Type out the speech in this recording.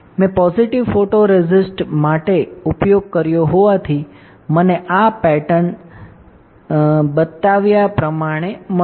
મેં positive photoresist માટે ઉપયોગ કર્યો હોવાથી મને આ પેટર્ન રીતે બતાવ્યા પ્રમાણે મળશે